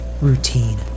routine